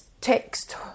text